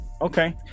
Okay